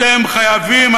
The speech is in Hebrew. אתם חייבים,